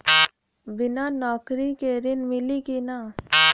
बिना नौकरी के ऋण मिली कि ना?